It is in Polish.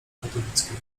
katowickiej